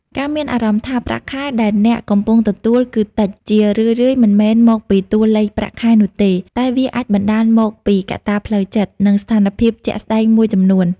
ការមានអារម្មណ៍ថា ប្រាក់ខែដែលអ្នកកំពុងទទួលគឺតិច ជារឿយៗមិនមែនមកពីតួលេខប្រាក់ខែនោះទេ តែវាអាចបណ្ដាលមកពីកត្តាផ្លូវចិត្ត និងស្ថានភាពជាក់ស្ដែងមួយចំនួន។